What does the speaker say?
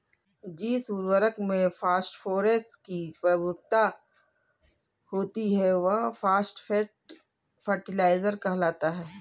जिस उर्वरक में फॉस्फोरस की प्रमुखता होती है, वह फॉस्फेट फर्टिलाइजर कहलाता है